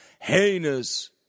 heinous